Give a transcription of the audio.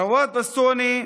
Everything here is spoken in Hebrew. רוואד בסוני,